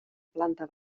planta